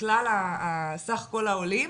מכלל סך כל העולים.